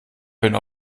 bin